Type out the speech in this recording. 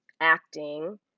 acting